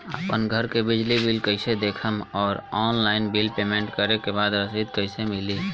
आपन घर के बिजली बिल कईसे देखम् और ऑनलाइन बिल पेमेंट करे के बाद रसीद कईसे मिली?